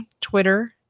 Twitter